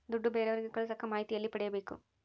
ದುಡ್ಡು ಬೇರೆಯವರಿಗೆ ಕಳಸಾಕ ಮಾಹಿತಿ ಎಲ್ಲಿ ಪಡೆಯಬೇಕು?